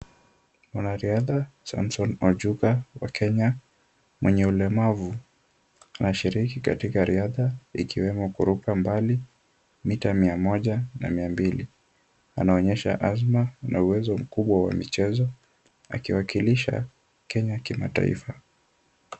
Mwanariadha Samsom Ojuka wa Kenya mwenye ulemavu anashiriki katika riadha ikiwemo kuruka mbali, mita mia moja na mia mbili. Anaonyesha azma na uwezo mkubwa wa michezo akiwakilisha Kenya kimataifa.